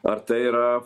ar tai yra